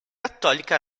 cattolica